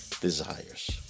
desires